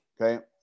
Okay